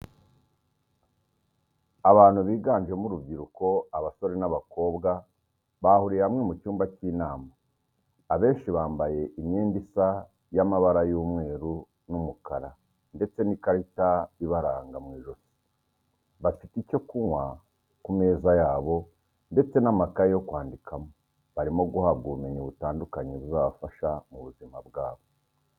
Abantu biganjemo urubyiruko abasore n'abakobwa bahuriye hamwe mu cyumba cy'inama abenshi bambaye imyenda isa y'amabara y'umweru n'umukara ndetse n'ikarita ibaranga mw'ijosi bafite icyo kunywa ku meza yabo ndetse n'amakaye yo kwandikamo, barimo guhabwa ubumenyi butandukanye buzabafasha mu buzima bwabo.